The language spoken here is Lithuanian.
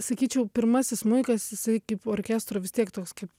sakyčiau pirmasis smuikas jisai kaip orkestro vis tiek toks kaip